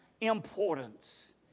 importance